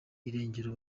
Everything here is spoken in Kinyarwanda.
irengero